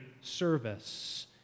service